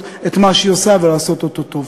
את מה שהיא עושה ולעשות אותו טוב.